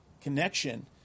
connection